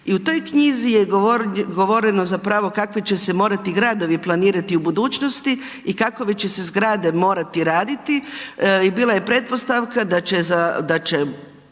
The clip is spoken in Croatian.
I u toj knjizi je govoreno zapravo kakvi će se morati gradovi planirati u budućnosti i kakve će se zgrade morati raditi i bila je pretpostavka da će